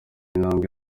intambwe